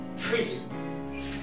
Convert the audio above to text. prison